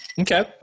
Okay